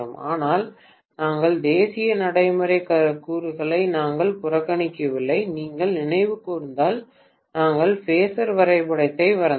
ஆனால் நாங்கள் பேசிய நடைமுறைக் கூறுகளை நாங்கள் புறக்கணிக்கவில்லை நீங்கள் நினைவு கூர்ந்தால் நாங்கள் பேஸர் வரைபடத்தை வரைந்தோம்